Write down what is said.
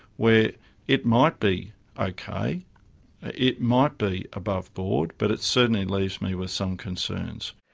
where it might be okay, it might be aboveboard, but it certainly leaves me with some concerns.